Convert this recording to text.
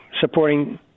supporting